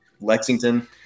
Lexington